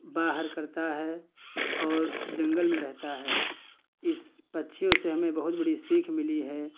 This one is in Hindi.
बाहर करता है और जंगल में रहता है इस पक्षियों से हमें बहुत बड़ी सीख मिली है